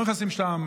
לא נכנסים לשם,